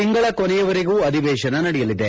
ತಿಂಗಳ ಕೊನೆಯವರೆಗೂ ಅಧಿವೇಶನ ನಡೆಯಲಿದೆ